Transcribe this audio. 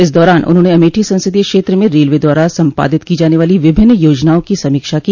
इस दौरान उन्होंने अमेठी संसदीय क्षेत्र में रेलवे द्वारा सम्पादित की जाने वाली विभिन्न योजनाओं की समीक्षा की